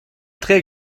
très